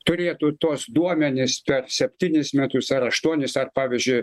turėtų tuos duomenis per septynis metus ar aštuonis ar pavyzdžiui